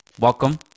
welcome